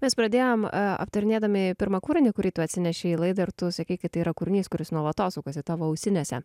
mes pradėjom aptarinėdami pirmą kūrinį kurį tu atsinešei į laidą ir tu sakei kad tai yra kūrinys kuris nuolatos sukasi tavo ausinėse